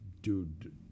Dude